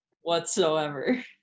whatsoever